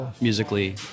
musically